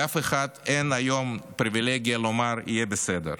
לאף אחד אין הפריבילגיה לומר "יהיה בסדר"